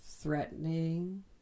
threatening